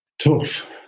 tough